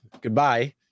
goodbye